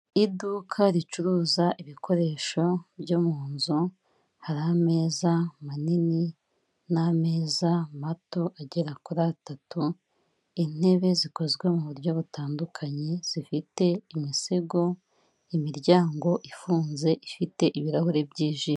Iduka ricuruza ibikoresho byo mu nzu hari ameza manini, n'ameza mato agera kuri atatu, intebe zikozwe mu buryo butandukanye zifite imisego, imiryango ifunze ifite ibirahuri byijimye.